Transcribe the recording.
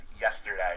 yesterday